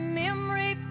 memory